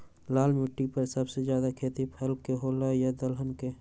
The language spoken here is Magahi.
लाल मिट्टी पर सबसे ज्यादा खेती फल के होला की दलहन के?